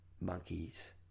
monkeys